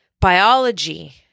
biology